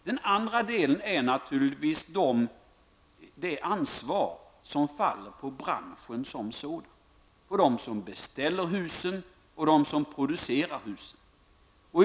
Den andra delen är naturligtvis det svar som faller på branschen som sådan, på dem som bygger husen och på dem som producerar husen.